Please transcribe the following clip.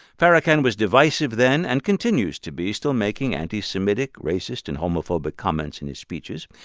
farrakhan was divisive then and continues to be, still making anti-semitic, racist and homophobic comments in his speeches.